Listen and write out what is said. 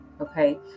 okay